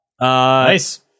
nice